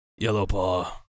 Yellowpaw